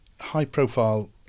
high-profile